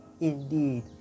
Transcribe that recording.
Indeed